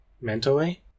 mentally